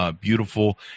beautiful